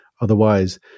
Otherwise